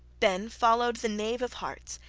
then followed the knave of hearts,